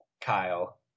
Kyle